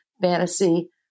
fantasy